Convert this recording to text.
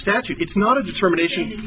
statute it's not a determination